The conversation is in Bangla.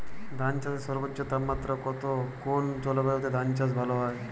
ধান চাষে সর্বোচ্চ তাপমাত্রা কত কোন জলবায়ুতে ধান চাষ ভালো হয়?